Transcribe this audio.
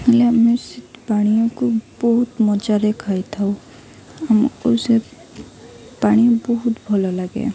ହେଲେ ଆମେ ସେ ପାନୀୟ ବହୁତ ମଜାରେ ଖାଇଥାଉ ଆମକୁ ସେ ପାନୀୟ ବହୁତ ଭଲଲାଗେ